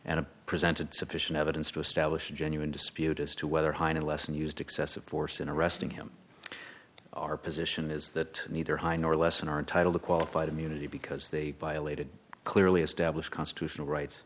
and presented sufficient evidence to establish a genuine dispute as to whether hina lesson used excessive force in arresting him our position is that neither he nor lessen are entitled to qualified immunity because they violated clearly established constitutional rights